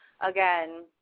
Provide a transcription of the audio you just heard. again